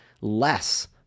less